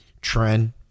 Trend